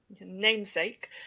namesake